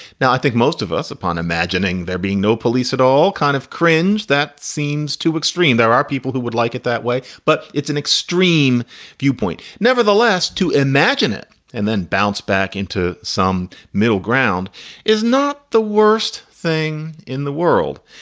now, i think most of us, upon imagining there being no police at all, kind of cringe. that seems too extreme. there are people who would like it that way, but it's an extreme viewpoint. nevertheless, to imagine it and then bounce back into some middle ground is not the worst thing in the world.